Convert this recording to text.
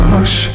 Hush